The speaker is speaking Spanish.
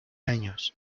años